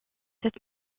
cette